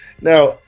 now